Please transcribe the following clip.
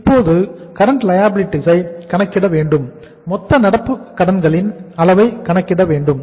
நான் இப்போது current liabilities ஐ கணக்கிட வேண்டும் மொத்த நடப்பு கடன்களின் அளவை கணக்கிட வேண்டும்